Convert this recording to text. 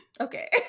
Okay